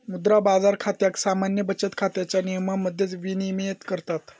मुद्रा बाजार खात्याक सामान्य बचत खात्याच्या नियमांमध्येच विनियमित करतत